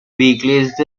weeklies